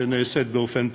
שנעשית באופן פרטי.